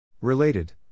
Related